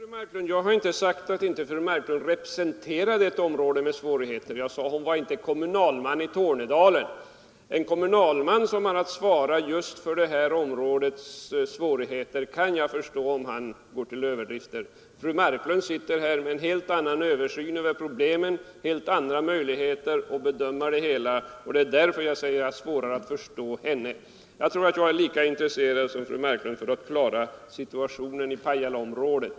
Fru talman! Jag har inte sagt att fru Marklund inte representerar ett område med svårigheter, utan jag sade att hon inte är kommunalman i Tornedalen. Jag kan förstå om en kommunalman, som har att svara just för det områdets svårigheter, går till överdrift, men fru Marklund sitter här med en helt annan överblick över problemen och helt andra möjligheter att bedöma hela frågan. Det är därför jag säger att jag har svårare att förstå henne. Jag tror att jag är lika intresserad som fru Marklund av att klara upp situationen i Pajalaområdet.